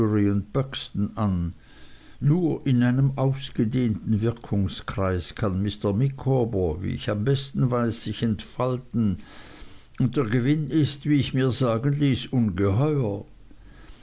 buxton an nur in einem ausgedehnten wirkungskreis kann mr micawber wie ich am besten weiß sich entfalten und der gewinn ist wie ich mir sagen ließ ungeheuer